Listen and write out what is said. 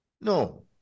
No